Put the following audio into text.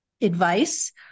advice